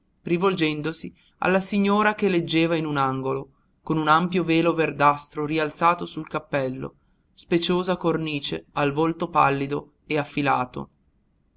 rivolgendosi alla signora che leggeva in un angolo con un ampio velo verdastro rialzato sul cappello speciosa cornice al volto pallido e affilato